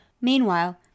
Meanwhile